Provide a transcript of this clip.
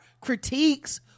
critiques